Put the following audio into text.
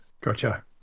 Gotcha